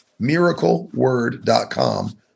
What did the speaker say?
miracleword.com